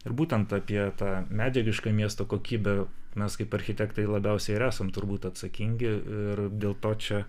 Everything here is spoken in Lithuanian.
ir būtent apie tą medžiagišką miesto kokybę mes kaip architektai labiausiai ir esam turbūt atsakingi ir dėl to čia